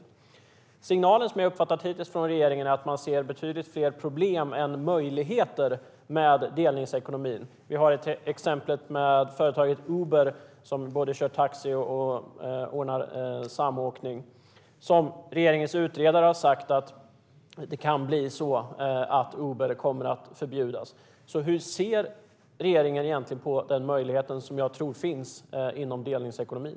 Den signal jag hittills uppfattat från regeringen är att man ser betydligt fler problem än möjligheter med delningsekonomin. Vi har exemplet med företaget Uber, som både kör taxi och ordnar samåkning. Regeringens utredare har sagt att det kan bli så att Uber kommer att förbjudas. Hur ser regeringen egentligen på den möjlighet som jag tror finns inom delningsekonomin?